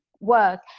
work